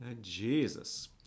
Jesus